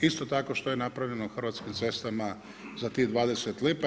Isto tako što je napravljeno u Hrvatskim cestama, za tih 20 lipa?